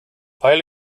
weil